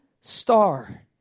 star